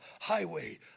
highway